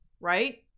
Right